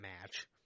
match